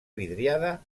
vidriada